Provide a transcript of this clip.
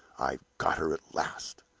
i've got her at last!